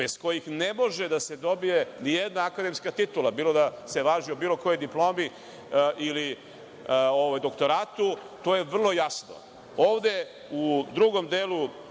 bez kojih ne može da se dobije nijedna akademska titula, bilo da se radi o bilo kojoj diplomi ili doktoratu, to je vrlo jasno. Ovde u drugom delu